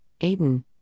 Aiden